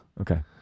Okay